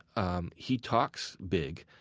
um he talks big,